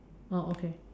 oh okay